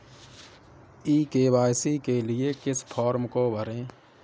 ई KYC के लिए किस फ्रॉम को भरें?